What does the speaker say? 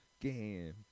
game